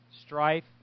Strife